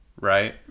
right